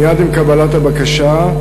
מייד עם קבלת הבקשה.